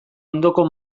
ondoko